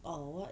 err what